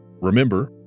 Remember